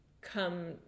come